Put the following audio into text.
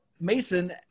Mason